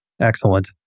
Excellent